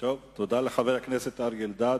תודה לחבר הכנסת אריה אלדד.